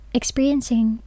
experiencing